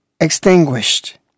extinguished